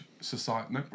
Society